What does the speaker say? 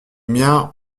miens